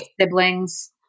siblings